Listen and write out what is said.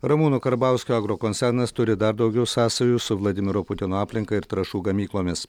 ramūno karbauskio agrokoncernas turi dar daugiau sąsajų su vladimiro putino aplinka ir trąšų gamyklomis